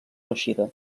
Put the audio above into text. reeixida